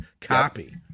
copy